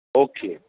okay